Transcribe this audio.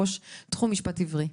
ראש תחום משפט עברי.